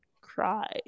cry